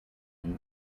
new